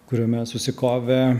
kuriame susikovė